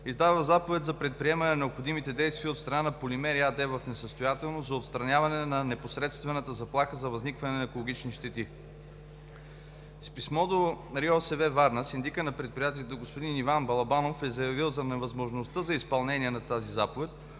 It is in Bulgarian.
издава заповед за предприемане на необходимите действия от страна на „Полимери“ АД, в несъстоятелност, за отстраняване на непосредствената заплаха за възникване на екологични щети. С писмо до РИОСВ – Варна, синдикът на предприятието господин Иван Балабанов е заявил, за невъзможността за изпълнение на тази заповед